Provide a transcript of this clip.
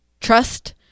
trust